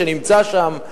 שנמצא שם,